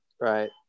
Right